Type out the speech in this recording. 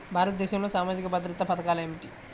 భారతదేశంలో సామాజిక భద్రతా పథకాలు ఏమిటీ?